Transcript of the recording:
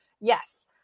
yes